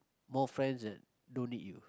more friends that don't need you